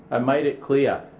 i made it clear.